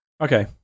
okay